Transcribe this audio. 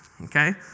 okay